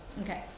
Okay